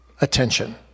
attention